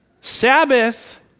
Sabbath